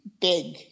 big